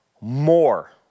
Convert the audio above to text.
more